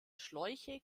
schläuche